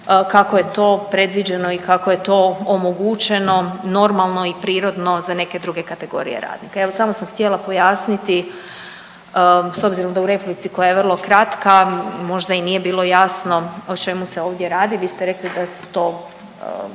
kako je to predviđeno i kako je to omogućeno normalno i prirodno za neke druge kategorije radnika. Evo samo sam htjela pojasniti s obzirom da u replici koja je vrlo kratka možda i nije bilo jasno o čemu se ovdje radi. Vi ste rekli da su to